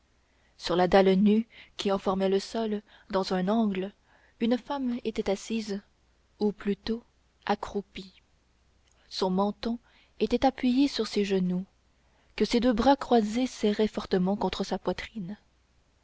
sur la dalle nue qui en formait le sol dans un angle une femme était assise ou plutôt accroupie son menton était appuyé sur ses genoux que ses deux bras croisés serraient fortement contre sa poitrine